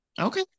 Okay